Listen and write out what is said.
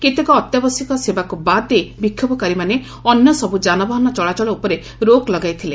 କେତେକ ଅତ୍ୟାବଶ୍ୟକ ସେବାକୁ ବାଦ୍ ଦେଇ ବିକ୍ଷୋଭକାରୀମାନେ ଅନ୍ୟ ସବୁ ଯାନବାହାନ ଚଳାଚଳ ଉପରେ ରୋକ୍ ଲଗାଇଥିଲେ